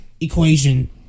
Equation